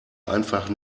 einfach